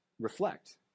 reflect